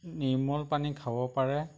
নিৰ্মল পানী খাব পাৰে